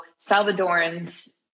Salvadorans